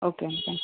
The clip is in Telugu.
ఓకే అండి